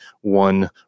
one